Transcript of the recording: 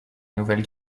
nouvelle